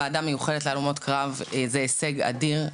מיוחדת להלומות קרב זה הישג אדיר.